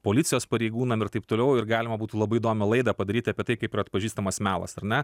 policijos pareigūnam ir taip toliau ir galima būtų labai įdomią laidą padaryti apie tai kaip yra atpažįstamas melas ar ne